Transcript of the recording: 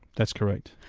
that's correct.